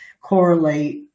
correlate